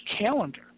calendar